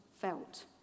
felt